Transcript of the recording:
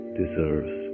deserves